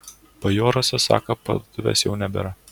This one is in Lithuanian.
bajoruose sako parduotuvės jau nebėra